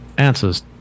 answers